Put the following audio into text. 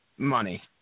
money